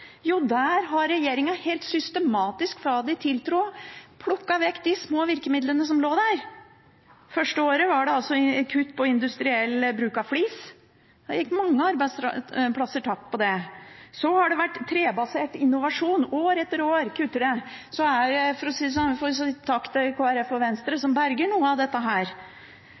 Jo, der har regjeringen helt systematisk fra de tiltrådte, plukket vekk de små virkemidlene som lå der. Det første året var det kutt på industriell bruk av flis. Det gikk mange arbeidsplasser tapt på det. Så har det vært trebasert innovasjon – år etter år kuttes det. Vi får si takk til Kristelig Folkeparti og Venstre, som berger noe av dette ved tilskudd til